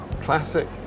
Classic